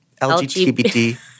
LGBT